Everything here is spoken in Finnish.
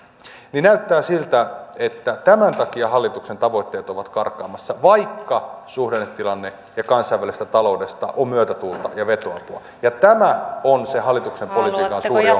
niin näyttää siltä että tämän takia hallituksen tavoitteet ovat karkaamassa vaikka suhdannetilanteesta ja kansainvälisestä taloudesta on myötätuulta ja vetoapua tämä on se hallituksen politiikan